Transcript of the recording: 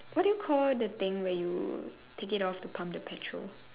what do you call the thing where you take it off to pump the petrol